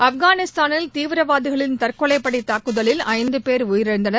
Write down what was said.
ஆப்கானிஸ்தானில் தீவிரவாதிகளின் தற்கொலைப்படை தாக்குதலில் ஐந்து போ உயிரிழந்தவர்